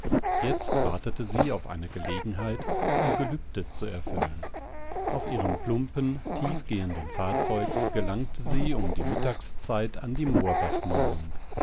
jetzt wartete sie auf eine gelegenheit ihr gelübde zu erfüllen auf ihrem plumpen tiefgehenden fahrzeug gelangte sie um die mittagszeit an die